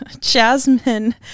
Jasmine